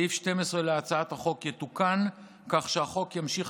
סעיף 12 להצעת החוק יתוקן כך שהחוק ימשיך